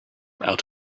out